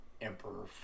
Emperor